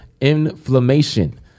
inflammation